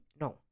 No